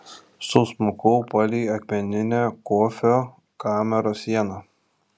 susmukau palei akmeninę kofio kameros sieną